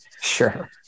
sure